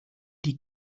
die